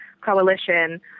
coalition